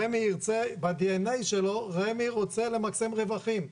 רמ"י ירצה, ב-DNA שלו רמ"י רוצה למקסם רווחים.